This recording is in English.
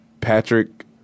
Patrick